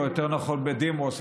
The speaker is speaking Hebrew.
או יותר נכון בדימוס,